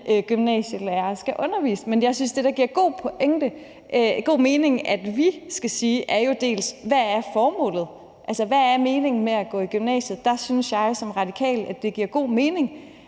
gymnasielærere skal undervise. Men jeg synes, da, det giver god mening, at vi skal sige, hvad formålet er, altså hvad meningen med at gå i gymnasiet er. Der synes jeg som radikal, at det giver god mening,